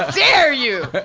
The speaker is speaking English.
dare you?